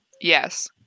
Yes